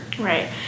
Right